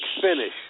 finish